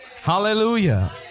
Hallelujah